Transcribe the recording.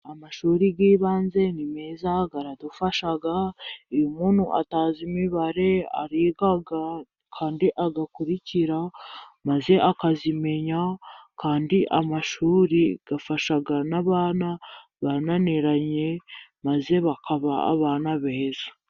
Amashuri y'ibanze ni meza aradufasha iyo umuntu atazi imibare ariga, kandi agakurikira maze akayimenya kandi amashuri afasha n'abana bananiranye maze bakaba abana beza.